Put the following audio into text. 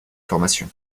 formation